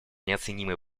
неоценимой